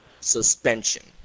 suspension